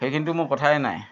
সেইখিনিতো মোৰ কথাই নাই